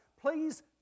please